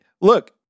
look